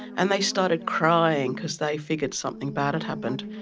and they started crying because they figured something bad had happened.